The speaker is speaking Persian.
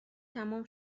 تمام